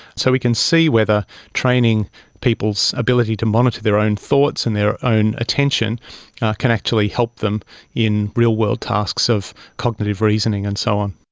so we can see whether training people's ability to monitor their own thoughts and their own attention can actually help them in real-world tasks of cognitive reasoning and so on.